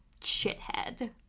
shithead